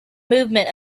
movement